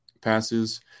passes